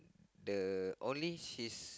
the orange is